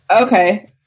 Okay